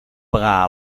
pegar